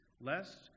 lest